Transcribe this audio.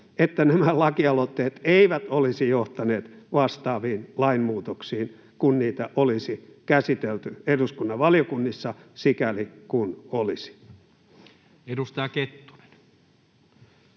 että ne lakialoitteet eivät olisi johtaneet vastaaviin lainmuutoksiin, kun niitä olisi käsitelty eduskunnan valiokunnissa sikäli kuin olisi. [Speech